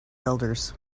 elders